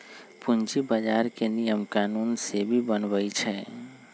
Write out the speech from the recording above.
पूंजी बजार के नियम कानून सेबी बनबई छई